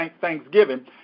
thanksgiving